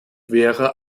wäre